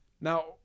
Now